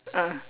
ah